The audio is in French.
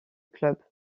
club